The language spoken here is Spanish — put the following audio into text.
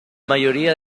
mayoría